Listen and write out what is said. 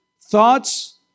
thoughts